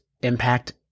impact